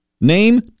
Name